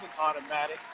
automatic